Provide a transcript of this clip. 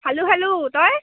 খালো খালো তই